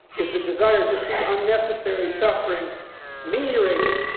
is the desire to see unnecessary suffering ameliorated,